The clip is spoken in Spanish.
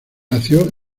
nació